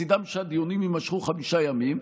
מצידם שהדיונים יימשכו חמישה ימים.